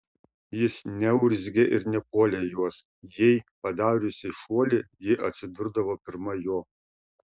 jis neurzgė ir nepuolė jos jei padariusi šuolį ji atsidurdavo pirma jo